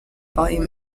volume